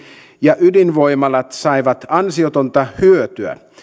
ja ydinvoimalat saivat ansiotonta hyötyä